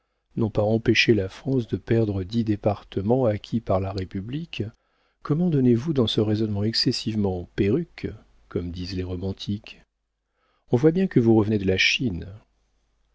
n'ont pas empêché la france de perdre dix départements acquis par la république comment donnez-vous dans ce raisonnement excessivement perruque comme disent les romantiques on voit bien que vous revenez de la chine